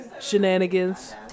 shenanigans